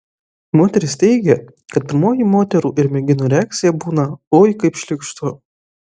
moteris teigia kad pirmoji moterų ir merginų reakcija būna oi kaip šlykštu